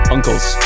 Uncles